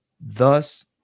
Thus